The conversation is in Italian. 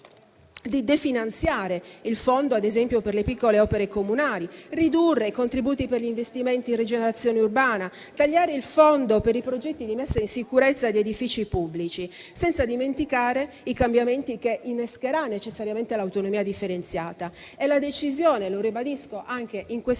di definanziare ad esempio il fondo per le piccole opere comunali, di ridurre i contributi per gli investimenti in rigenerazione urbana, di tagliare il fondo per i progetti di messa in sicurezza degli edifici pubblici, senza dimenticare i cambiamenti che innescherà necessariamente l'autonomia differenziata e la decisione scellerata - lo ribadisco anche in questa